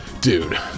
Dude